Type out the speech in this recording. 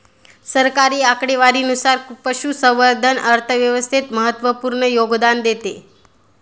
सरकारी आकडेवारीनुसार, पशुसंवर्धन अर्थव्यवस्थेत महत्त्वपूर्ण योगदान देते